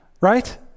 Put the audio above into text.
Right